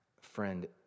friend